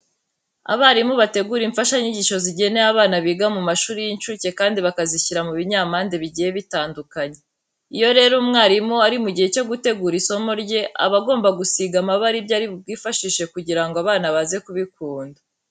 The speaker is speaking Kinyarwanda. Abarimu bategura imfashanyigisho zigenewe abana biga mu mashuri y'incuke kandi bakazishyira mu binyampande bigiye bitandukanye. Iyo rero umwarimu ari mu gihe cyo gutegura isomo rye, aba agomba gusiga amabara ibyo ari bwifashishe kugira ngo abana baze kubikunda.